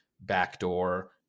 backdoor